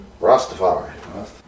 Rastafari